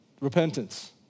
repentance